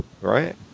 right